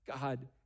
God